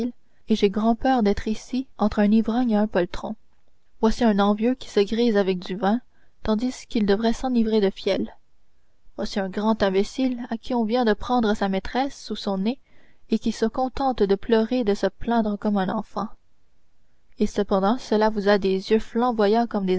et j'ai grand-peur d'être ici entre un ivrogne et un poltron voici un envieux qui se grise avec du vin tandis qu'il devrait s'enivrer de fiel voici un grand imbécile à qui on vient de prendre sa maîtresse sous son nez et qui se contente de pleurer et de se plaindre comme un enfant et cependant cela vous a des yeux flamboyants comme